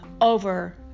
over